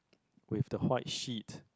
with the white sheet